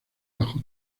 bajo